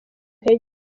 intege